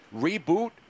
reboot